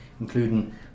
including